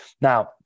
now